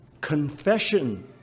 confession